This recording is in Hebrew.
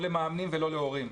לא למאמנים ולא ולהורים,